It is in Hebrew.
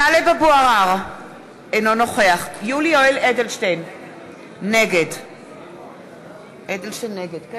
(קוראת בשמות חברי הכנסת)